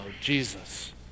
Jesus